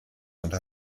unter